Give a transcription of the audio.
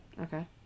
Okay